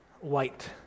white